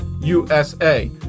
USA